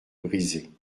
brisée